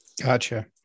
Gotcha